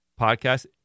podcast